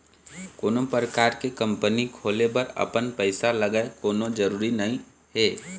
कोनो परकार के कंपनी खोले बर अपन पइसा लगय कोनो जरुरी नइ हे